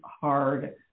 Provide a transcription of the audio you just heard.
hard